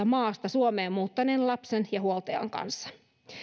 maasta suomeen muuttaneen lapsen ja huoltajan kanssa